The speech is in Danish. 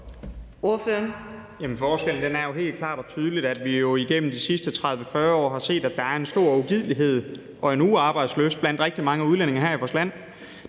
Forskellen er jo helt klart og tydeligt, at vi igennem de sidste 30-40 år har set, at der er en stor ugidelighed og en manglende arbejdslyst blandt rigtig mange udlændinge her i vores land.